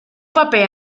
paper